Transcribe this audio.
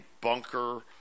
bunker